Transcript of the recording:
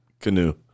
canoe